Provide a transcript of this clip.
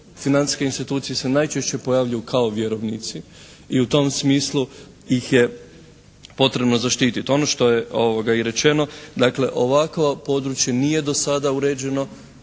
financijske institucije se najčešće pojavljuju kao vjerovnici i u tom smislu ih je potrebno zaštititi. Ono što je i rečeno, dakle ovakvo područje nije do sada uređeno,